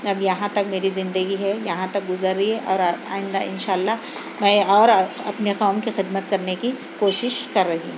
اب یہاں تک میری زندگی ہے یہاں تک گزر رہی ہے اور اور آئندہ انشاء اللہ میں اور اپنی قوم کی خدمت کرنے کی کوشش کر رہی ہوں